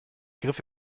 griff